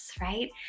right